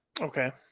Okay